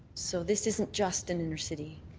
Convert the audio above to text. so this isn't just an inner city